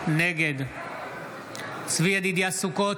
נגד צבי ידידיה סוכות,